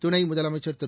துணை முதலமைச்சர் திரு